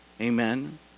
Amen